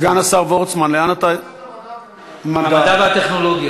מדע וטכנולוגיה.